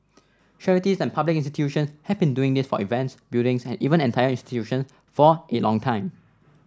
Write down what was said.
charities and public institution have been doing this for events buildings and even entire institution for a long time